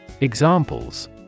Examples